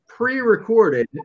Pre-recorded